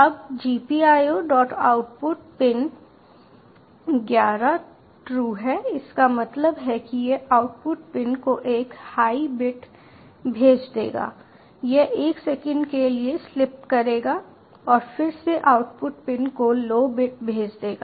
अब GPIOoutput pin 11 true है इसका मतलब है कि यह आउटपुट पिन को एक हाई बिट भेज देगा यह 1 सेकंड के लिए स्लीप करेगा और फिर से आउटपुट पिन को लो बिट भेज देगा